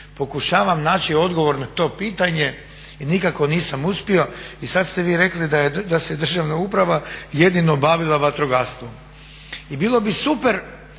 pokušavam naći odgovor na to pitanje i nikako nisam uspio i sad ste vi rekli da se državna uprava jedino bavila vatrogastvom. I bilo bi super